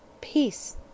Peace